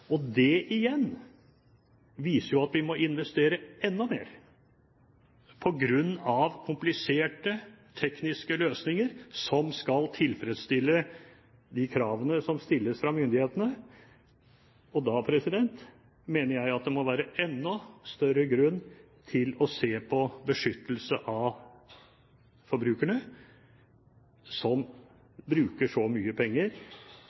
oppe. Det igjen viser jo at vi må investere enda mer på grunn av kompliserte tekniske løsninger som skal tilfredsstille de kravene som stilles fra myndighetene. Da mener jeg at det må være enda større grunn til å se på beskyttelse av forbrukerne, som bruker så mye penger